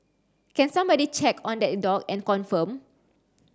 can somebody check on that dog and confirm